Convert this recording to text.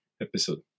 episode